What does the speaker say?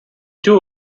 two